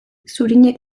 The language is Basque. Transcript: zurinek